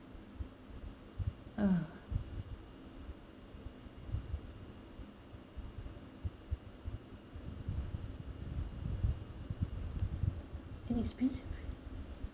ah the next piece